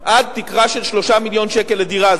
עד תקרה של 3 מיליון שקל לדירה.